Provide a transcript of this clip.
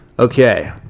okay